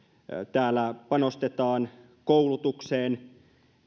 täällä panostetaan koulutukseen